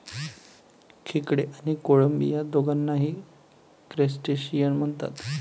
खेकडे आणि कोळंबी या दोघांनाही क्रस्टेशियन म्हणतात